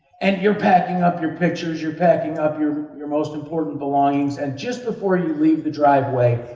and you're packing up your pictures, you're packing up your your most important belongings, and just before you leave the driveway,